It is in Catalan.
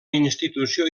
institució